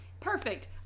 Perfect